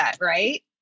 right